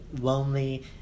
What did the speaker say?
lonely